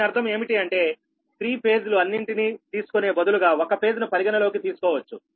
దాని అర్థం ఏమిటి అంటే త్రీ ఫేజ్ లు అన్నింటిని తీసుకొనే బదులుగా ఒక ఫేజ్ ను పరిగణనలోకి తీసుకోవచ్చు